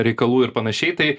reikalų ir panašiai tai